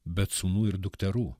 bet sūnų ir dukterų